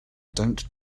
just